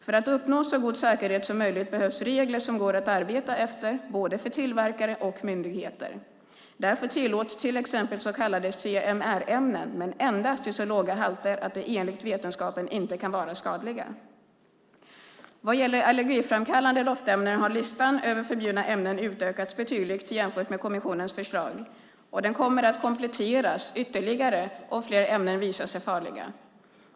För att uppnå så god säkerhet som möjligt behövs regler som går att arbeta efter, både för tillverkare och för myndigheter. Därför tillåts till exempel så kallade CMR-ämnen, men endast i så låga halter att de enligt vetenskapen inte kan vara skadliga. Vad gäller allergiframkallande doftämnen har listan över förbjudna ämnen utökats betydligt jämfört med kommissionens förslag, och den kommer att kompletteras ytterligare om fler ämnen visar sig farliga.